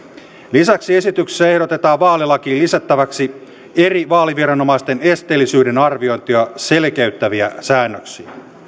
lisäksi esityksessä ehdotetaan vaalilakiin lisättäväksi eri vaaliviranomaisten esteellisyyden arviointia selkeyttäviä säännöksiä